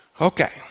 Okay